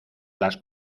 las